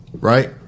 Right